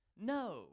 No